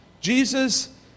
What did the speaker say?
Jesus